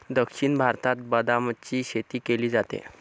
दक्षिण भारतात बदामाची शेती केली जाते